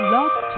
Love